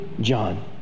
John